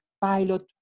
pilot